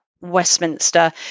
Westminster